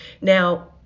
Now